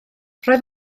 roedd